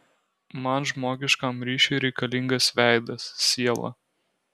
man žmogiškam ryšiui reikalingas veidas siela